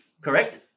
correct